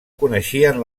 coneixien